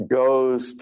goes